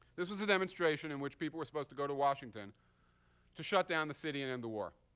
this was a demonstration in which people were supposed to go to washington to shut down the city and end the war.